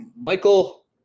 Michael